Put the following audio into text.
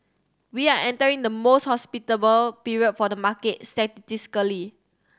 we are entering the most hospitable period for the market statistically